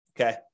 okay